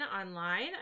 online